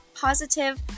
positive